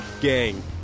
gang